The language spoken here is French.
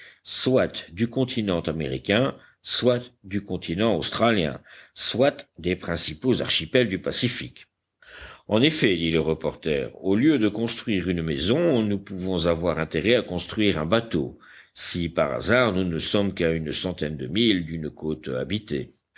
soit du continent américain soit du continent australien soit des principaux archipels du pacifique en effet dit le reporter au lieu de construire une maison nous pouvons avoir intérêt à construire un bateau si par hasard nous ne sommes qu'à une centaine de milles d'une côte habitée